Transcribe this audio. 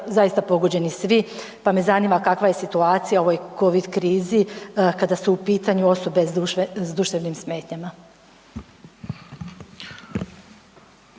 zaista pogođeni svi, pa me zanima kakva je situacija u ovoj Covid krizi kada su u pitanju osobe s duševnim smetnjama.